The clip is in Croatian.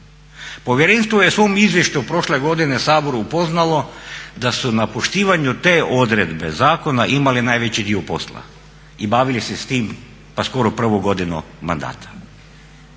Povjerenstvo je u svom izvješću prošle godine Sabor upoznalo da su na poštivanju te odredbe zakona imali najveći dio posla i bavili se s tim pa skoro prvu godinu mandata.